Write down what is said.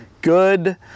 good